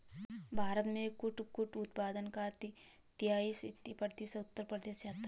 भारत में कुटकुट उत्पादन का तेईस प्रतिशत उत्तर प्रदेश से आता है